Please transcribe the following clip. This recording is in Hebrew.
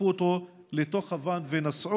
דחפו אותו לתוך הוואן ונסעו.